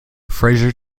frasier